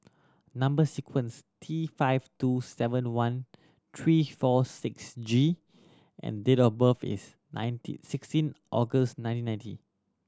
number sequence T five two seven one three four six G and date of birth is sixteen August nineteen ninety